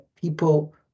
people